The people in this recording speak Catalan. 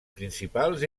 principals